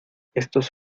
estos